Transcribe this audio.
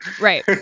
Right